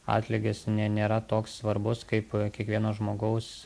atlygis ne nėra toks svarbus kaip kiekvieno žmogaus